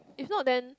if not then